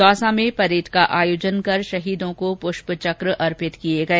दौसा में परेड का आयोजन कर शहीदों को पुष्प चक अर्पित किए गए